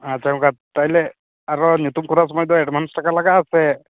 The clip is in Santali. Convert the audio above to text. ᱟᱪᱪᱷᱟ ᱜᱚᱢᱠᱮ ᱛᱟᱦᱚᱞᱮ ᱟᱨᱚ ᱧᱩᱛᱩᱢ ᱠᱚᱨᱟᱣ ᱥᱚᱢᱚᱭ ᱫᱚ ᱮᱰᱵᱷᱟᱱᱥ ᱴᱟᱠᱟ ᱞᱟᱜᱟᱜᱼᱟ ᱥᱮ